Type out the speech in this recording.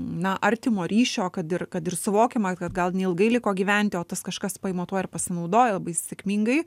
na artimo ryšio kad ir kad ir suvokiama kad gal neilgai liko gyventi o tas kažkas paima tuo ir pasinaudoja labai sėkmingai